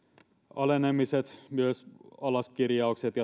alenemiset myös alaskirjaukset